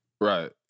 right